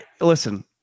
Listen